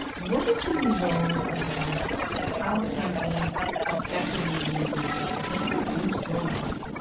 what did you learn about how a campaign effectively uses facebook what did they do so well